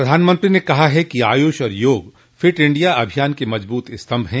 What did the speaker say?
प्रधानमंत्री ने कहा है कि आयुष और योग फिट इंडिया अभियान के मजबूत स्तम्भ हैं